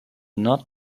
not